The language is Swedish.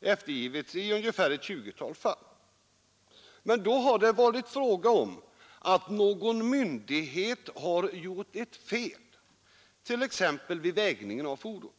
eftergivits i ett tjugotal fall, men då har det varit fråga om att någon myndighet gjort ett fel, t.ex. vid vägningen av fordonet.